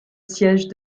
siège